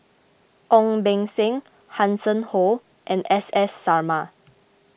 Ong Beng Seng Hanson Ho and S S Sarma